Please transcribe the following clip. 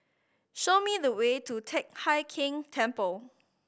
show me the way to Teck Hai Keng Temple